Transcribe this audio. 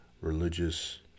religious